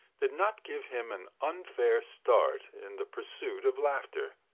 did not give him an unfair start in the pursuit of laughter.